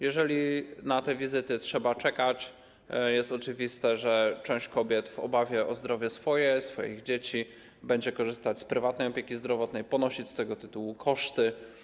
Jeżeli na te wizyty trzeba czekać, jest oczywiste, że część kobiet w obawie o zdrowie swoje, swoich dzieci będzie korzystać z prywatnej opieki zdrowotnej i ponosić z tego tytułu koszty.